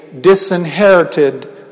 disinherited